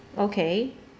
okay